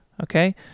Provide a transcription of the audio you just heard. okay